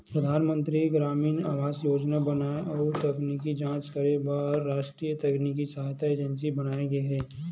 परधानमंतरी गरामीन आवास योजना बनाए अउ तकनीकी जांच करे बर रास्टीय तकनीकी सहायता एजेंसी बनाये गे हे